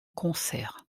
concert